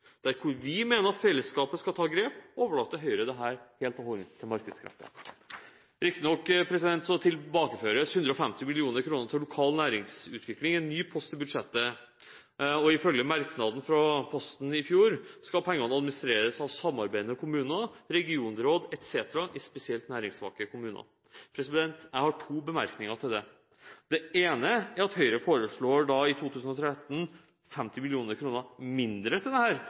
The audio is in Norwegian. Der hvor vi mener fellesskapet skal ta grep, overlater Høyre dette helt og holdent til markedskreftene. Riktignok tilbakeføres 150 mill. kr til lokal næringsutvikling i en ny post i budsjettet. Ifølge merknaden til posten i fjor skal pengene administreres av samarbeidende kommuner, regionråd etc. i spesielt næringssvake kommuner. Jeg har to bemerkninger til det. Det ene er at Høyre i 2013 foreslår 50 mill. kr mindre til dette enn i 2012. Det